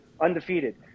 undefeated